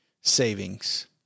savings